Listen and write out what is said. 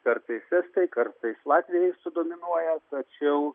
kartais estai kartais latviai sudominuoja tačiau